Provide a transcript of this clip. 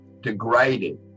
degraded